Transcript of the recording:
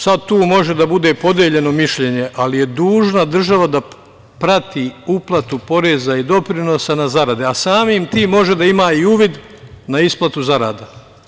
Sad tu može da bude podeljeno mišljenje, ali je dužna država da prati uplatu poreza i doprinosa na zarade, a samim tim može da ima i uvid na isplatu zarada.